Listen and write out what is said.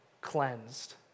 cleansed